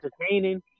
entertaining